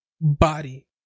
body